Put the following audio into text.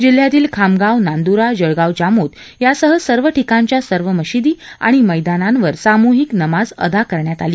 जिल्ह्यातील खामगाव नांद्रा जळगाव जामोद यासह सर्व ठिकाणच्या सर्व मशिदी आणि मैदानांवर सामूहिक नमाज अदा करण्यात आली